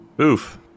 Oof